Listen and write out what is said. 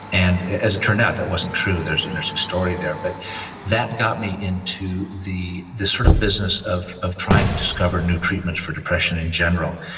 and as it turned out, that wasn't true. there's an interesting story there. but that got me into the the sort of business of of trying to discover new treatments for depression in general,